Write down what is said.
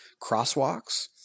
crosswalks